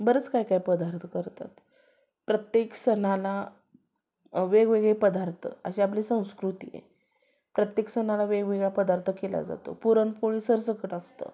बरंच काही काही पदार्थ करतात प्रत्येक सणाला वेगवेगळे पदार्थ अशी आपली संस्कृती आहे प्रत्येक सणाला वेगवेगळा पदार्थ केला जातो पुरणपोळी सरसकट असतं